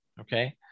okay